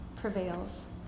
prevails